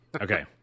Okay